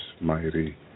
Mighty